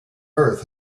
earth